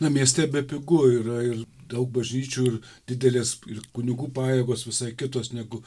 na mieste bepigu yra ir daug bažnyčių ir didelės ir kunigų pajėgos visai kitos negu